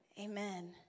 Amen